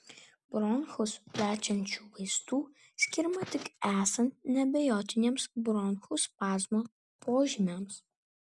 bronchus plečiančių vaistų skiriama tik esant neabejotiniems bronchų spazmo požymiams